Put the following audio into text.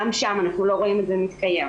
גם שם אנחנו לא רואים את זה מתקיים.